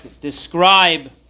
describe